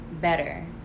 better